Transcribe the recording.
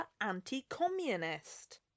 anti-communist